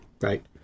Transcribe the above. Right